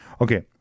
Okay